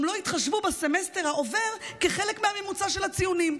גם לא התחשבו בסמסטר העובר כחלק מהממוצע של הציונים.